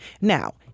Now